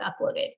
uploaded